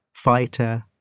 fighter